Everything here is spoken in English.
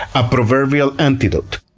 a proverbial antidote.